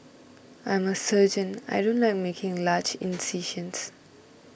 I'm a surgeon I don't like making large incisions